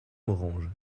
morange